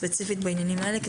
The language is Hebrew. ספציפית בעניינים האלה.